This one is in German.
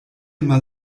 mal